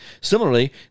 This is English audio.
Similarly